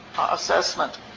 assessment